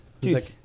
Dude